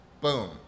boom